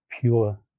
pure